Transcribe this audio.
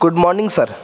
good morning sir